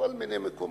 מכל מיני מקומות.